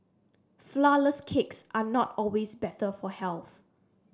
flourless cakes are not always better for health